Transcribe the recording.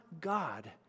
God